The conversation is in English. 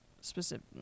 specific